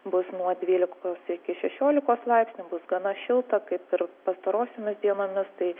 bus nuo dvylikos iki šešiolikos laipsnių bus gana šilta kaip ir pastarosiomis dienomis tai